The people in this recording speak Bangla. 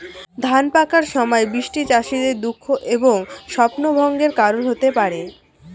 ধান পাকার সময় বৃষ্টি চাষীদের দুঃখ এবং স্বপ্নভঙ্গের কারণ হতে পারে